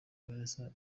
vanessa